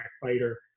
Fighter